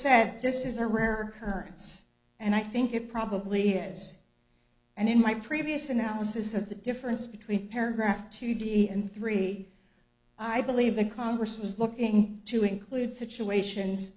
said this is a rare occurrence and i think it probably is and in my previous analysis of the difference between paragraph two d and three i believe the congress was looking to include situations